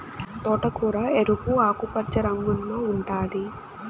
తోటకూర ఎరుపు, ఆకుపచ్చ రంగుల్లో ఉంటాది